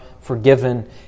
forgiven